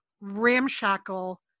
ramshackle